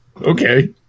Okay